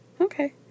Okay